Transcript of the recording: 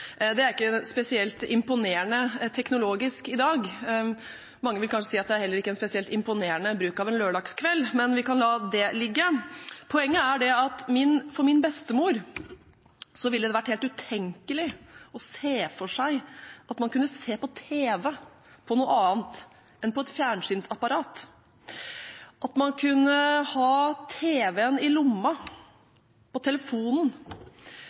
Det er ikke spesielt imponerende teknologisk i dag. Mange vil kanskje si at det er heller ikke en spesielt imponerende bruk av en lørdagskveld, men vi kan la det ligge. Poenget er at for min bestemor ville det vært helt utenkelig å se for seg at man kunne se på tv på noe annet enn på et fjernsynsapparat, at man kunne ha tv-en i lommen, på telefonen.